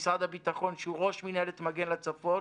ממשרד הביטחון, שהוא ראש מנהלת מגן לצפון.